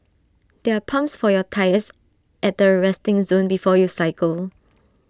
there are pumps for your tyres at the resting zone before you cycle